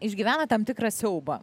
išgyvena tam tikrą siaubą